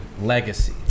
legacy